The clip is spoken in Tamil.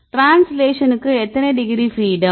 டிரான்ஸ்லேஷனுக்கு எத்தனை டிகிரி ஃப்ரீடம்